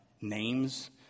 names